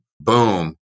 Boom